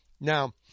Now